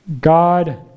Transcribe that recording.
God